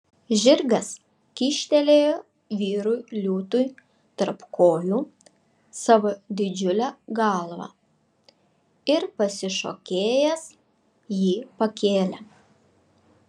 žirgas kyštelėjo vyrui liūtui tarp kojų savo didžiulę galvą ir pasišokėjęs jį pakėlė